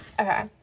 Okay